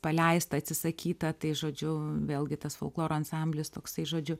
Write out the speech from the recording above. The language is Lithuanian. paleista atsisakyta tai žodžiu vėlgi tas folkloro ansamblis toksai žodžiu